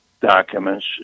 documents